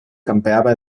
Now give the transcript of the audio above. campeaba